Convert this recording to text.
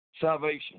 salvation